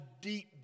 deep